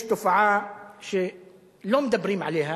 יש תופעה שלא מדברים עליה,